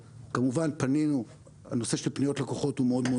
כמובן הנושא של פניות לקוחות הוא מאוד מאוד